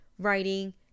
Writing